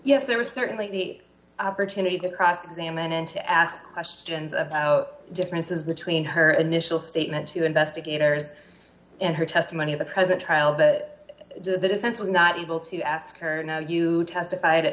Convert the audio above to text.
yes there was certainly the opportunity to cross examine and to ask questions about differences between her initial statement to investigators and her testimony in the present trial that the defense was not able to ask her now you testified